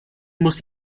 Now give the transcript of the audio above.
muss